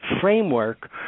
framework